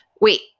Wait